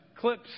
Clips